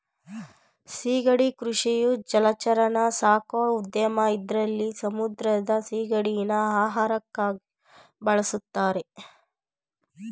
ಸಿಗಡಿ ಕೃಷಿಯು ಜಲಚರನ ಸಾಕೋ ಉದ್ಯಮ ಇದ್ರಲ್ಲಿ ಸಮುದ್ರದ ಸಿಗಡಿನ ಆಹಾರಕ್ಕಾಗ್ ಬಳುಸ್ತಾರೆ